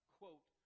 quote